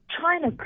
China